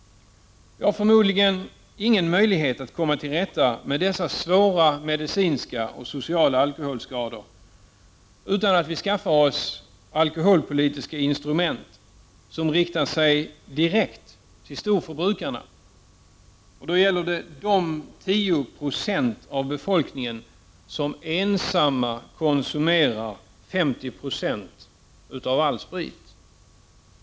Vi har förmodligen ingen möjlighet att komma till rätta med dessa svåra medicinska och sociala alkoholskador utan att skaffa oss alkoholpolitiska instrument som riktar sig direkt mot storförbrukarna. Och då gäller det de 10 90 av befolkningen som ensamma konsumerar 50 96 av all sprit.